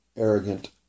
arrogant